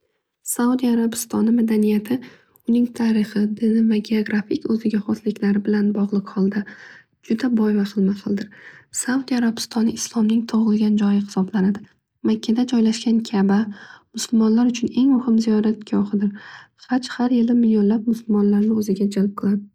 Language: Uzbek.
audiya arabistoni madaniyati, tarixi, dini va geografik o'ziga xosliklari bilan bog'liq holda juda boy va xilma xildir. Saudiya arabistoni islomning tug'ilgan joyi hisoblanadi. Makkada joylashgan kaba musulmonlar uchun eng muhim ziyoratgohidir. Haj har yili millionlab musulmonlarni o'ziga jalb qiladi.